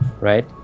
right